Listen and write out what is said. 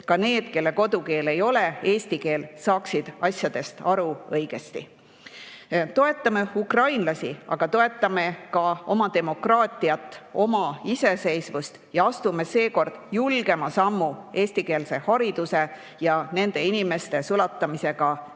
ka need, kelle kodukeel ei ole eesti keel, saaksid asjadest õigesti aru! Toetame ukrainlasi, aga toetame ka oma demokraatiat ja oma iseseisvust ning astume seekord julgema sammu eestikeelse hariduse [edendamisel] ja nende inimeste sulandamisel